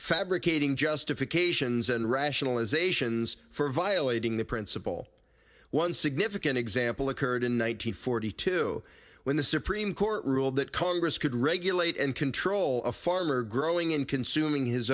fabricating justifications and rationalizations for violating the principle one significant example occurred in one thousand nine hundred two when the supreme court ruled that congress could regulate and control a farmer growing in consuming his